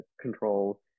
control